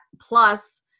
plus